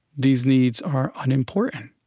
these needs are unimportant.